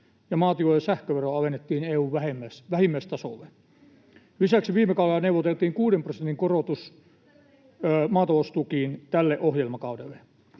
maatilojen sähköveroa alennettiin EU:n vähimmäistasolle. Lisäksi viime kaudella neuvoteltiin kuuden prosentin korotus maataloustukiin tälle ohjelmakaudelle.